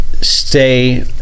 stay